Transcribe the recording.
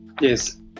yes